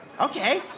Okay